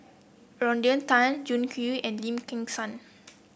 Rodney Tan Jiang Hu and Lim Kim San